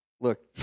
Look